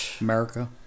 America